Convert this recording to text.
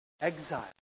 exile